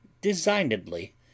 designedly